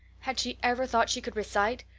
had she ever thought she could recite?